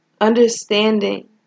understanding